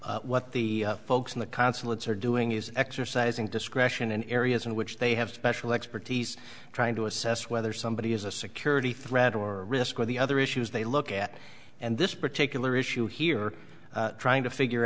what the folks in the consulates are doing is exercising discretion in areas in which they have special expertise trying to assess whether somebody is a security threat or risk or the other issues they look at and this particular issue here trying to figure